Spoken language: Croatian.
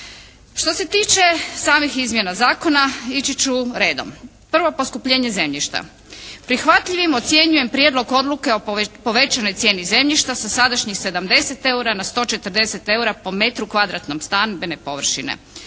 Što se tiče samih izmjena zakona ići ću redom. Prvo poskupljenje zemljišta. Prihvatljivim ocjenjujem prijedlog odluke o povećanoj cijeni zemljišta sa sadašnjih 70 eura na 140 eura po metru kvadratnom stambene površine.